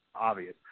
obvious